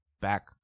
back